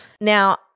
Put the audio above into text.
Now